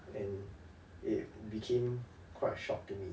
and it became quite a shock to me